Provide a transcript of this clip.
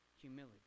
humility